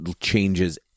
changes